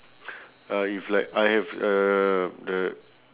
uh if like I have uh the